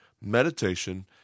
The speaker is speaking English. meditation